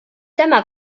dyma